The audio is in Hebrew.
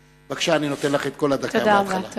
בבקשה, אני נותן לך את כל הדקה מההתחלה.